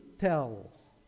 tells